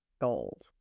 Gold